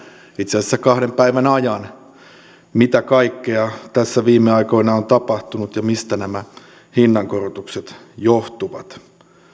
itse asiassa kahden päivän ajan mitä kaikkea tässä viime aikoina on tapahtunut ja mistä nämä hinnankorotukset johtuvat